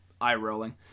eye-rolling